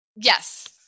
Yes